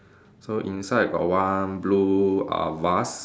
so inside got one blue uh vase